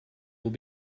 will